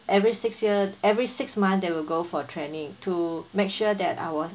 every six year every six month they will go for training to make sure that our